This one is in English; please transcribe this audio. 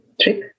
trip